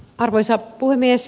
arvoisa puhemies